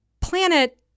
planet